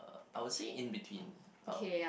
I will say in-between um